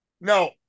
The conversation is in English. no